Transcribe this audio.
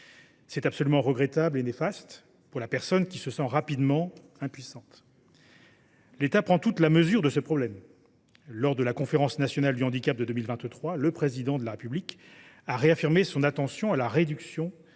C’est absolument regrettable et néfaste pour la personne, qui se sent rapidement impuissante. L’État prend toute la mesure de ce problème. Lors de la Conférence nationale du handicap de 2023, le Président de la République a réaffirmé son attention à la réduction des délais